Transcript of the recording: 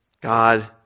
God